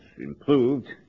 improved